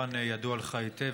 שכמובן ידוע לך היטב,